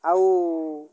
ଆଉ